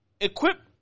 Equip